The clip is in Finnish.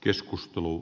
keskustelu